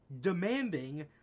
demanding